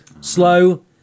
Slow